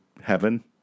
heaven